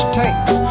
takes